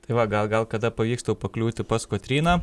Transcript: tai va gal gal kada pavyks tau pakliūti pas kotryną